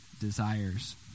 desires